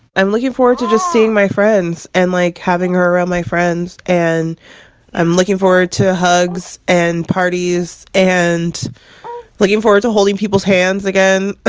i'm looking forward to just seeing my friends and like having her around my friends. and i'm looking forward to hugs and parties and looking forward to holding people's hands again.